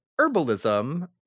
herbalism